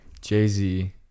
jay-z